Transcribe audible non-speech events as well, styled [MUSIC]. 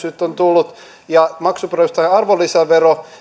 [UNINTELLIGIBLE] nyt on tullut yrittäjävähennys ja maksuperusteinen arvonlisävero